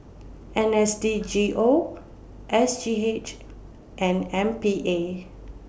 N S D G O S G H and M P A